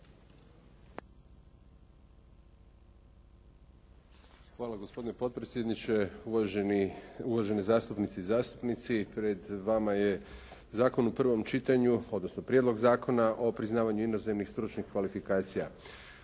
Hvala gospodine potpredsjedniče, uvažene zastupnice i zastupnici. Pred vama je zakon u prvom čitanju, odnosno Prijedlog zakona o priznavanju inozemnih stručnih kvalifikacija.